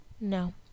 No